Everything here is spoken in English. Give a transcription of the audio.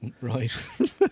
right